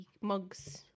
mugs